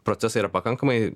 procesai yra pakankamai